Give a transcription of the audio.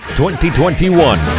2021